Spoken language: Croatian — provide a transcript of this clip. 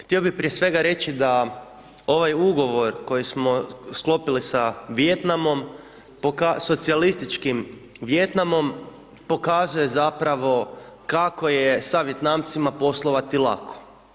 Htio bih prije svega reći da ovaj ugovor koji smo sklopiti sa Vijetnamom, socijalističkim Vijetnamom pokazuje zapravo kako je sa Vijetnamcima poslovati lako.